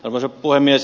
arvoisa puhemies